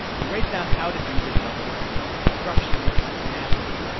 he writes down how to do this double-entry thing instructions and examples.